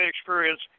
experience